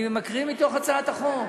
אני מקריא מהצעת החוק.